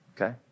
okay